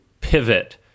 pivot